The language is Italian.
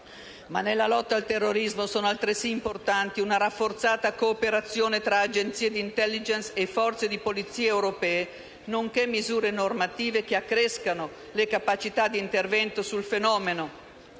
Nella lotta al terrorismo, però, sono altresì importanti una rafforzata cooperazione tra agenzie d'*intelligence* e forze di polizia europee, nonché misure normative che accrescano le capacità d'intervento sul fenomeno